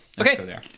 Okay